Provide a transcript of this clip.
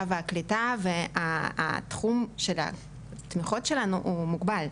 והקליטה ותחום התמיכות שלנו הוא מוגבל,